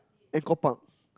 Angkor park